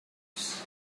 rose